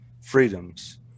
freedoms